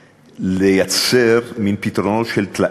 החליט משרד הביטחון לתקן את המצב ולהשוות